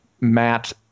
Matt